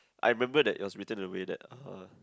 I remember that it was written in a way that uh